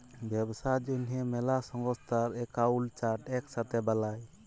ব্যবসার জ্যনহে ম্যালা সংস্থার একাউল্ট চার্ট ইকসাথে বালায়